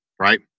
right